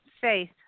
Faith